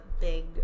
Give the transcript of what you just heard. big